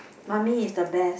mummy is the best